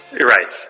Right